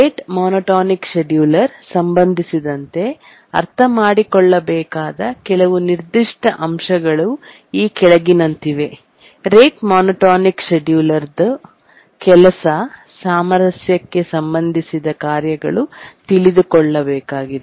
rate monotonic scheduler ಸಂಬಂಧಿಸಿದಂತೆ ಅರ್ಥಮಾಡಿಕೊಳ್ಳಬೇಕಾದ ಕೆಲವು ನಿರ್ದಿಷ್ಟ ಅಂಶಗಳು ಈ ಕೆಳಗಿನಂತಿವೆ ರೇಟ್ ಮೋನೋಟೋನಿಕ್ ಶೆಡ್ಯೂಲರ್ ಕೆಲಸ ಸಾಮರಸ್ಯಕ್ಕೆ ಸಂಬಂಧಿಸಿದ ಕಾರ್ಯಗಳು ತಿಳಿದುಕೊಳ್ಳಬೇಕಾಗಿದೆ